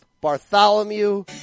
Bartholomew